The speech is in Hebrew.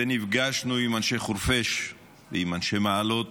ונפגשנו עם אנשי חורפיש ועם אנשי מעלות,